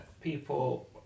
people